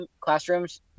classrooms